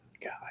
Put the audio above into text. God